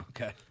Okay